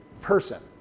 person